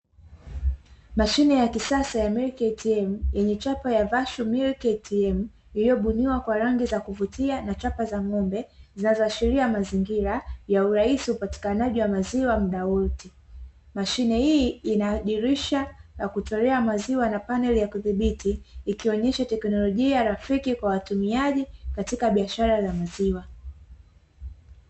Mashine ya kisasa ya "MILK ATM" yenye chapa ya "VASHU MILK ATM", iliyobuniwa kwa rangi za kuvutia na chapa za ng'ombe zinazoashiria mazingira ya urahisi wa upatikanaji wa maizwa muda wote. Mashine hii ina dirisha la kutolea maziwa na paneli ya kudhibiti, ikionesha teknolojia rafiki kwa watumiaji katika biashara ya maziwa.